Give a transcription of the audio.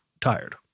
tired